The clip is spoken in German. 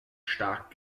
stark